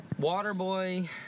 Waterboy